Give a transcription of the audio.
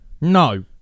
no